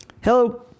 Hello